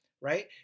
right